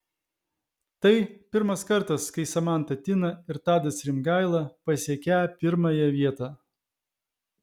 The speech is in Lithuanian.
tai pirmas kartas kai samanta tina ir tadas rimgaila pasiekią pirmąją vietą